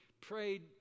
prayed